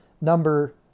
number